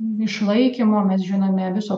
išlaikymo mes žinome viso